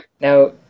Now